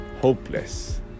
hopeless